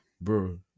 Bro